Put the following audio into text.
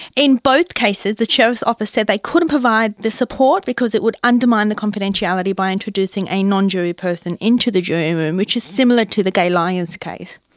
in both cases the sheriff's office said they couldn't provide the support because it would undermine the confidentiality by introducing a non-jury person and into the jury room, which is similar to the gaye lyons case.